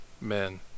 men